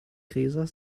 gräser